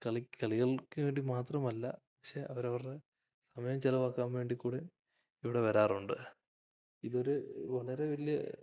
കളികൾക്കു വേണ്ടി മാത്രമല്ല പക്ഷേ അവരവരുടെ സമയം ചെലവാക്കാൻ വേണ്ടിക്കൂടെ ഇവിടെ വരാറുണ്ട് ഇതൊരു വളരെ വലിയ